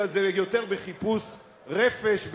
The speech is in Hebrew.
אלא זה יותר בחיפוש רפש,